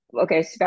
okay